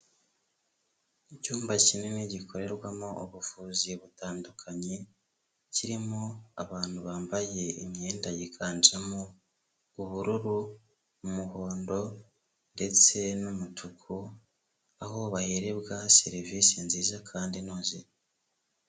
Icyumba kinini, gikorerwamo ubuvuzi butandukanye, kirimo abantu bambaye imyenda yiganjemo, ubururu, umuhondo, ndetse n'umutuku, aho baherebwa serivisi nziza kandi inoze.